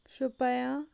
Shopian